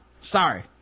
sorry